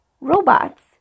robots